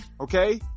okay